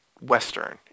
Western